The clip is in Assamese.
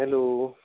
হেল্ল'